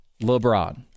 LeBron